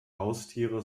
haustiere